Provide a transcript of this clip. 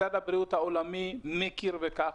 משרד הבריאות העולמי מכיר בכך,